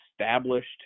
established